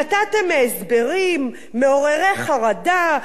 נתתם הסברים מעוררי חרדה,